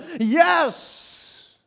Yes